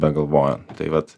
begalvojant tai vat